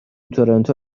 تورنتو